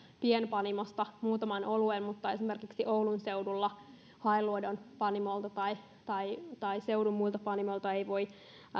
pienpanimosta muutaman oluen mutta esimerkiksi oulun seudulla hailuodon panimolta tai tai seudun muilta panimoilta ei voi